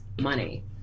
money